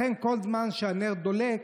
לכן כל זמן שהנר דולק,